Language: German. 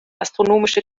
astronomische